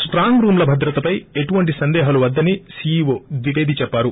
స్హాంగ్ రూమ్ల భద్రతపై ఎటువంటి సందేహాలు వద్దని సీఈవో ద్విపేది చెప్పారు